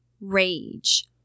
Rage